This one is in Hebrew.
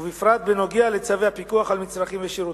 ובפרט בנוגע לצווי הפיקוח על מצרכים ושירותים.